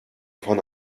von